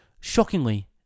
Shockingly